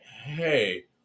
hey